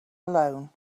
alone